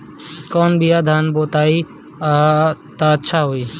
कौन बिया धान के बोआई त अच्छा होई?